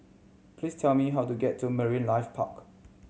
please tell me how to get to Marine Life Park